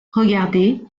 regardez